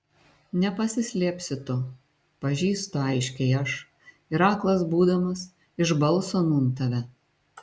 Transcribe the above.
nepasislėpsi tu pažįstu aiškiai aš ir aklas būdamas iš balso nūn tave